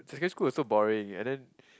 secondary school was so boring and then